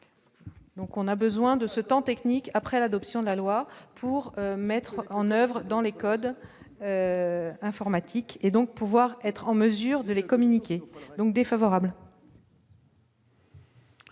Donc on a besoin de ce temps technique après l'adoption de la loi pour mettre en oeuvre dans les codes informatiques et donc pouvoir être en mesure de les communiquer donc défavorable.